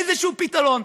איזשהו פתרון,